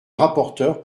rapporteur